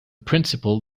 principle